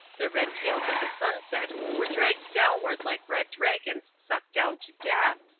the red tails of the sunset were dragged downward like red dragons sucked down to death,